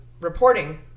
reporting